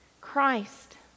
Christ